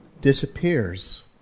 disappears